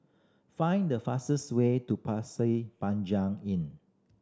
find the fastest way to Pasir Panjang Inn